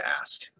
ask